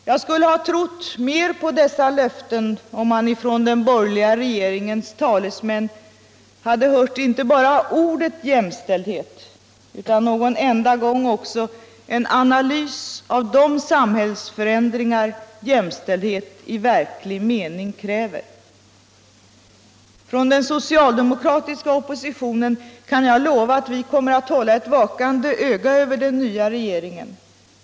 Jag skulle ha trott mer på dessa löften om man i från den borgerliga regeringens talesmän hade hört inte bara ordet jämställdhet utan någon enda gång också en analys av de samhällsförändringar som jämställdhet i verklig mening kräver. Från den social demokratiska oppositionen kan jag lova att vi kommer att hålla ett vakande öga över den nya regeringen.